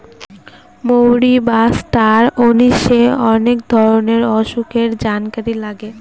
মৌরি বা star anise অনেক ধরনের অসুখের জানকারি লাগে